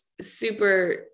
super